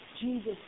Jesus